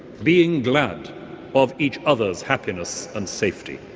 being glad of each other's happiness and safety.